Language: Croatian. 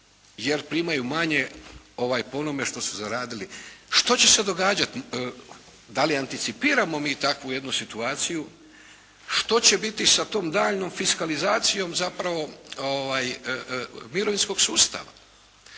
jer primaju manje po onome što su zaradili. Što će se događati? Da li anticipiramo mi takvu jednu situaciju? Što će biti sa tom daljnjom fiskalizacijom mirovinskog sustava?